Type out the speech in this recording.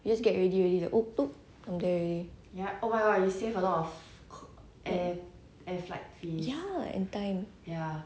you just get ready ready oop oop can get ready ya anytime